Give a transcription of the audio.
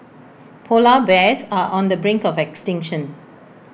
Polar Bears are on the brink of extinction